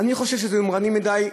אני חושב שזה יומרני מדי,